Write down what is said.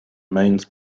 mains